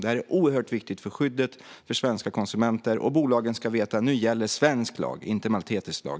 Detta är oerhört viktigt för skyddet för svenska konsumenter. Och bolagen ska veta att det nu är svensk lag som gäller och inte maltesisk lag.